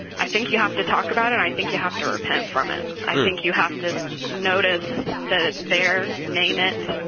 i think you have to talk about it, and i think you have to repent from it. i think you have to notice that it's there, name it,